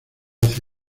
nazi